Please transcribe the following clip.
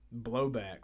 blowback